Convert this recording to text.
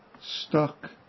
stuck